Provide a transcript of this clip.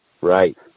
Right